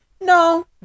No